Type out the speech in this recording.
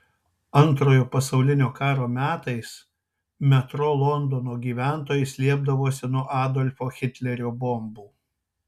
antrojo pasaulinio karo metais metro londono gyventojai slėpdavosi nuo adolfo hitlerio bombų